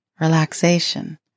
relaxation